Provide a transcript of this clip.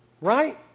Right